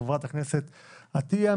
חברת הכנסת עטיה,